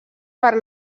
per